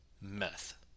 meth